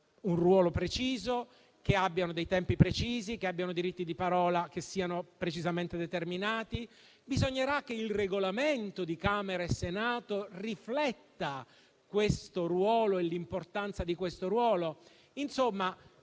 un ruolo preciso, abbiano dei tempi precisi, abbiano diritti di parola e siano precisamente determinati. Bisognerà che i Regolamenti di Camera e Senato riflettano questo ruolo e la sua importanza. Insomma,